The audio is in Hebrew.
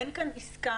אין כאן עסקה,